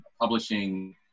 publishing